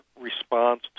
response